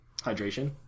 Hydration